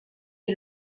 est